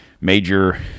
major